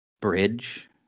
bridge